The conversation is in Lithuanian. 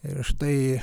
ir štai